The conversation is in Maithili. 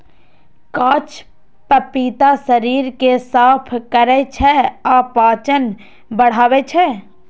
कांच पपीता शरीर कें साफ करै छै आ पाचन बढ़ाबै छै